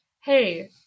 hey